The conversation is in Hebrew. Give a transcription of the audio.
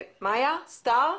נשמע את מאיה סטאר.